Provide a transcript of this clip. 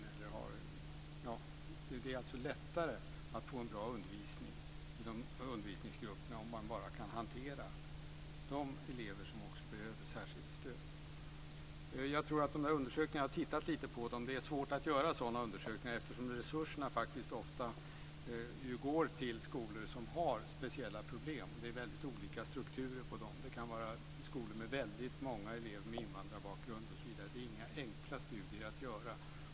Det är alltså lättare att få en bra undervisning i undervisningsgrupperna om man kan hantera de elever som behöver särskilt stöd. Jag har tittat lite grann på undersökningarna. Det är nog svårt att göra sådana undersökningar eftersom resurserna ofta går till skolor som har speciella problem. Det är väldigt olika strukturer på dem. Det kan vara skolor med väldigt många elever med invandrarbakgrund osv. Det är inga enkla studier att göra.